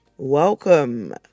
Welcome